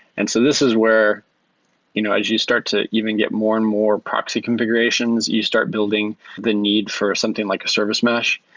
and so this is where you know as you start to even get more and more proxy configurations, you start building the need for something like a service mesh,